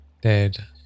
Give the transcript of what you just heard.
dead